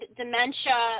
dementia